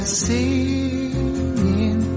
singing